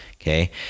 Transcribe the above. okay